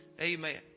Amen